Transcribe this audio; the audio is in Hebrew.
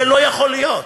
זה לא יכול להיות.